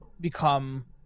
become